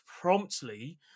promptly